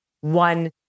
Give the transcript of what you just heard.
one